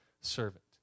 servant